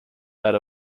that